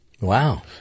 Wow